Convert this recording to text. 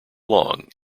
long